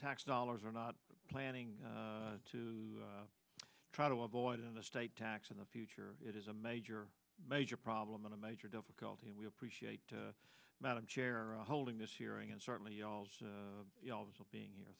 tax dollars are not planning to try to avoid an estate tax in the future it is a major major problem and a major difficulty and we appreciate madam chair holding this hearing and certainly being here